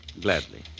Gladly